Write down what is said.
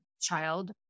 child